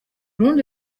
rundi